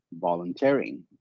volunteering